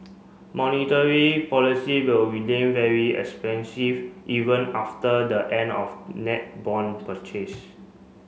monetary policy will remain very expansive even after the end of net bond purchase